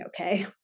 okay